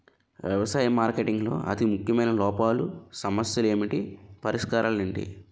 వ్యవసాయ మార్కెటింగ్ లో అతి ముఖ్యమైన లోపాలు సమస్యలు ఏమిటి పరిష్కారాలు ఏంటి?